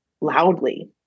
loudly